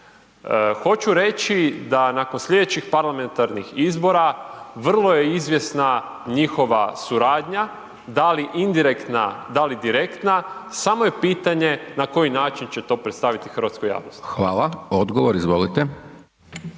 Hoću reći da nakon slijedećih parlamentarnih izbora, vrlo je izvjesna njihova suradnja, da li indirektna, da li direktna, samo je pitanje na koji način će to predstaviti hrvatskoj javnosti. **Hajdaš Dončić,